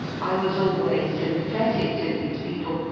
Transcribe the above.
i was always sympathetic to these people,